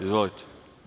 Izvolite.